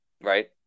right